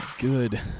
Good